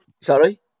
sorry